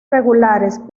regulares